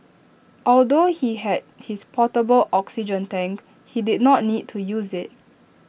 although he had his portable oxygen tank he did not need to use IT